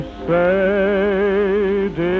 say